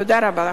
תודה רבה לכם.